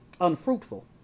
unfruitful